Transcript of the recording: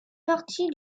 partie